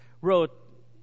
wrote